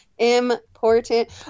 important